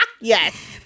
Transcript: Yes